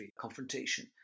confrontation